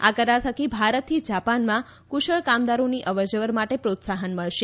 આ કરાર થકી ભારતથી જાપાનમાં કુશળ કામદારોની અવરજવર માટે પ્રોત્સાહન મળશે